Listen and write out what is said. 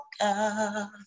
God